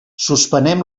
suspenem